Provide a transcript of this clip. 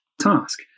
task